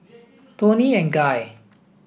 Toni and Guy